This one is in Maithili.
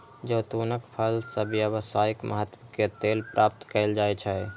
जैतूनक फल सं व्यावसायिक महत्व के तेल प्राप्त कैल जाइ छै